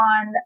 on